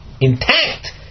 intact